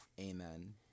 Amen